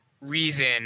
reason